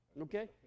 Okay